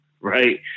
right